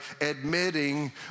admitting